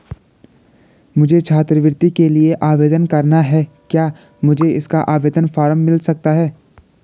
मुझे छात्रवृत्ति के लिए आवेदन करना है क्या मुझे इसका आवेदन फॉर्म मिल सकता है?